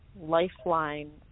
lifeline